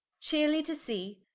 chearely to sea,